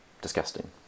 disgusting